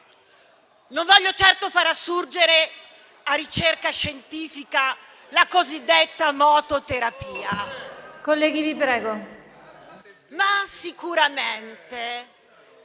Non voglio certo far assurgere a ricerca scientifica la cosiddetta mototerapia *(Brusio.